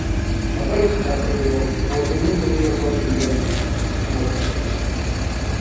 pabaik ką pradėjau buvo vieninteliai jo žodžiai jėzui kuris buvo ir kristus